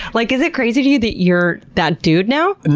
like is it crazy to you that you're that dude now? and